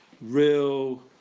real